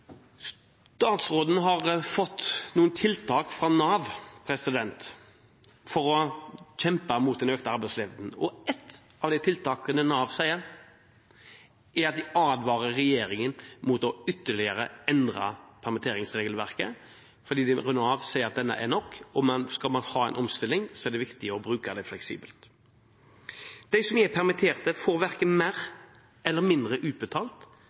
Statsråden har fått noen tiltak fra Nav for å kjempe mot den økte arbeidsledigheten. Ett av tiltakene fra Nav er at de advarer regjeringen mot ytterligere å endre permitteringsregelverket fordi Nav sier at det er nok. Skal man ha en omstilling, er det viktig å bruke det fleksibelt. De som er permittert, får verken mer eller mindre utbetalt